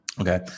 Okay